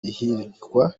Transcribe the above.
ihirikwa